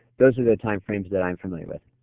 those are the time frames that i'm familiar with.